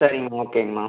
சரிங்கம்மா ஓகேங்கம்மா